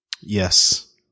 Yes